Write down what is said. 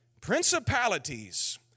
Principalities